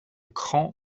cran